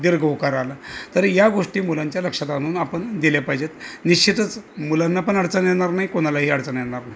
दीर्घ उकार आला तर या गोष्टी मुलांच्या लक्षात आणून आपण दिल्या पाहिजेत निश्चितच मुलांना पण अडचण येणार नाही कोणालाही अडचण येणार नाही